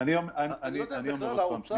מה לעשות.